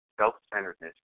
self-centeredness